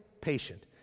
patient